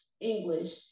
English